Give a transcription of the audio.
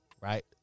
right